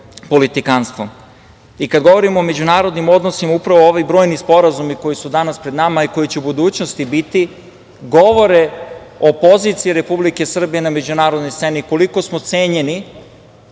govorim o međunarodnim odnosima upravo ovaj brojni sporazumi koji su danas pred nama i koji će u budućnosti biti govore o poziciji Republike Srbije na međunarodnoj sceni koliko smo cenjeni